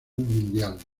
mundial